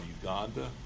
Uganda